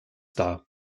dar